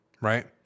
right